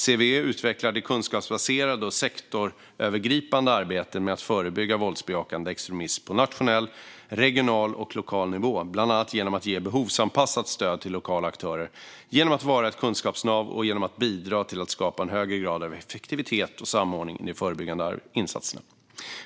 CVE utvecklar det kunskapsbaserade och sektorsövergripande arbetet med att förebygga våldsbejakande extremism på nationell, regional och lokal nivå, bland annat genom att ge behovsanpassat stöd till lokala aktörer, genom att vara ett kunskapsnav och genom att bidra till att skapa en högre grad av effektivitet och samordning i de förebyggande insatserna.